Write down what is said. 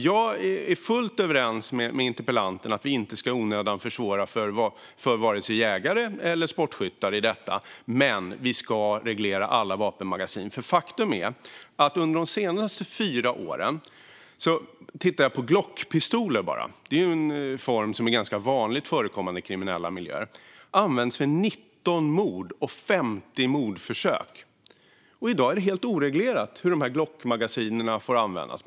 Jag är fullt överens med interpellanten om att vi inte i onödan ska försvåra för vare sig jägare eller sportskyttar, men vi ska reglera alla vapenmagasin. Under de senaste fyra åren har vi kunnat se att Glockpistoler - de är ju rätt vanligt förekommande i kriminella miljöer - använts vid 19 mord och 50 mordförsök. I dag är det helt oreglerat hur Glockmagasinen får användas.